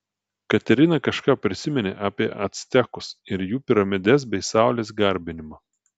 katerina kažką prisiminė apie actekus ir jų piramides bei saulės garbinimą